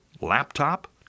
laptop